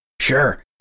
Sure